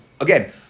Again